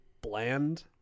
bland